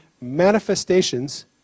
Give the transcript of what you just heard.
manifestations